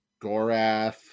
Gorath